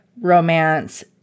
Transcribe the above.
romance